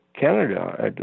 Canada